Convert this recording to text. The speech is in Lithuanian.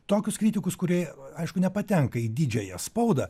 tokius kritikus kurie aišku nepatenka į didžiąją spaudą